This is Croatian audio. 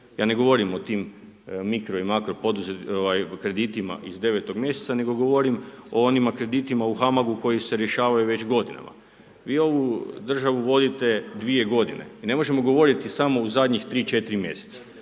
Ja ne govorim o tim mikro i makro kreditima iz 9-og mjeseca, nego govorim o onim kreditima u HAMAG-u koji se rješavaju već godinama. Vi ovu državu vodite dvije godine, i ne možemo govoriti samo u zadnjih tri, četiri mjeseca,